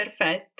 Perfetto